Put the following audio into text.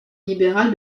libéral